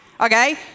Okay